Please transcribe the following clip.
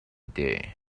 day